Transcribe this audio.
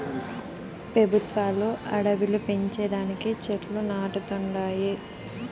పెబుత్వాలు అడివిలు పెంచే దానికి చెట్లు నాటతండాయి